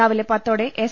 രാവിലെ പത്തോടെ എസ്